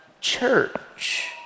church